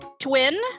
twin